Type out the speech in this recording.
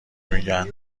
میگن